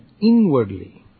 inwardly